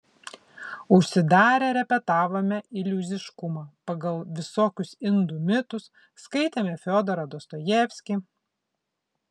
užsidarę repetavome iliuziškumą pagal visokius indų mitus skaitėme fiodorą dostojevskį